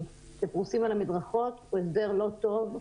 שפרוסים על המדרכות הוא הסדר לא טוב,